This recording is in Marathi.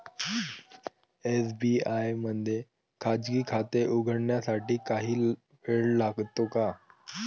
एस.बी.आय मध्ये खाजगी खाते उघडण्यासाठी काही वेळ लागतो का?